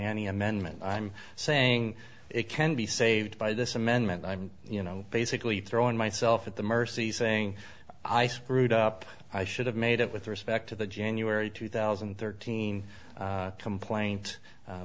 any amendment i'm saying it can be saved by this amendment i'm you know basically throwing myself at the mercy saying i screwed up i should have made it with respect to the january two thousand and thirteen complaint